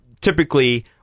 typically